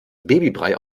babybrei